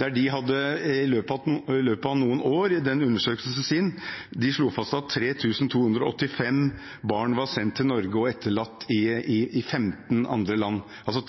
slo de i undersøkelsen fast at i løpet av noen år var 3 285 barn sendt fra Norge og etterlatt i 15 andre land – altså